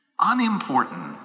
unimportant